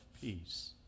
Peace